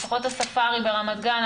לפחות הספארי ברמת גן,